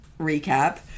recap